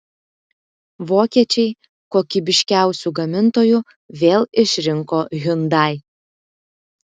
vokiečiai kokybiškiausiu gamintoju vėl išrinko hyundai